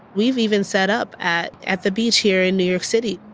we've even set up at at the beach here in new york city.